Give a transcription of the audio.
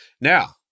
Now